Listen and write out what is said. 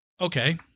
Okay